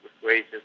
persuasion